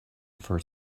for